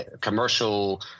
commercial